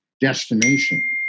destination